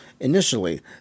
Initially